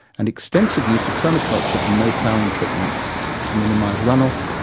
and extensive use of permaculture and no-ploughing techniques, to minimise run off,